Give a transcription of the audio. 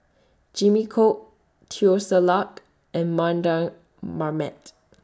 Jimmy Chok Teo Ser Luck and Mardan Mamat